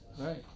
Right